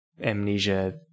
Amnesia